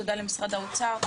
תודה למשרד האוצר,